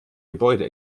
gebäude